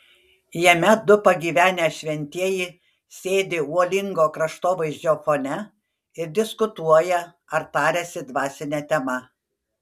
jame du pagyvenę šventieji sėdi uolingo kraštovaizdžio fone ir diskutuoja ar tariasi dvasine tema